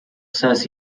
says